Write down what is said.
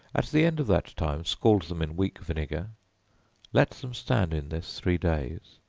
at the end of that time scald them in weak vinegar let them stand in this three days,